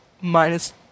minus